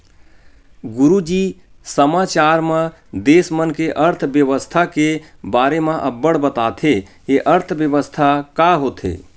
गुरूजी समाचार म देस मन के अर्थबेवस्था के बारे म अब्बड़ बताथे, ए अर्थबेवस्था का होथे?